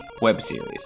webseries